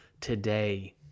today